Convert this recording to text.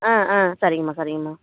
ஆ ஆ சரிங்க அம்மா சரிங்க அம்மா